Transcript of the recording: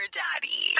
daddy